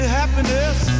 happiness